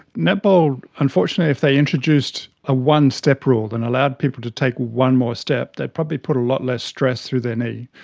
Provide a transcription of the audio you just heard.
netball, unfortunately if they introduced a one-step rule and allowed people to take one more step, they'd probably put a lot less stress through their knee,